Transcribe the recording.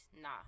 Nah